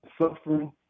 suffering